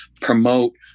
promote